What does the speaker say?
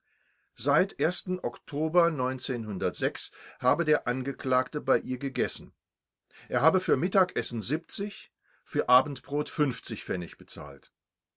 seit oktober habe der angeklagte bei ihr gegessen er habe für mittagessen für abendbrot pf bezahlt